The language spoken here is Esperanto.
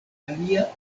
alia